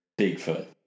Bigfoot